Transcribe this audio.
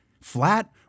flat